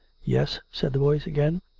yes? said the voice again.